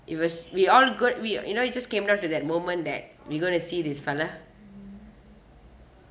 it was we all good we you know it just came down to that moment that we going to see this fella